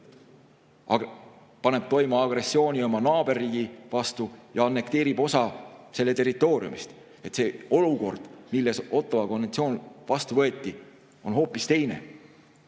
paneb toime agressiooni oma naaberriigi vastu ja annekteerib osa selle territooriumist. Olukord, kus Ottawa konventsioon vastu võeti, oli hoopis teine